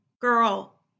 girl